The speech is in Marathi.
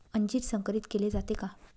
अंजीर संकरित केले जाते का?